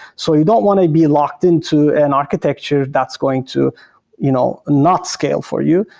so you don't want to be locked in to an architecture that's going to you know not scale for you.